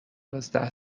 یازده